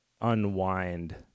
unwind